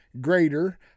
greater